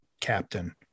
captain